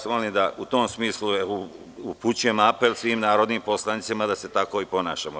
U tom smislu upućujem apel svim narodnim poslanicima da se tako i ponašamo.